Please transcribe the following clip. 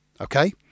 Okay